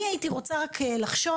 אני הייתי רוצה רק לחשוב,